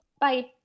Bye